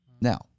Now